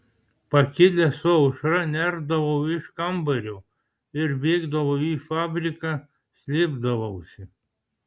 pakilęs su aušra nerdavau iš kambario ir bėgdavau į fabriką slėpdavausi